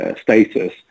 status